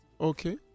Okay